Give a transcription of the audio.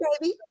baby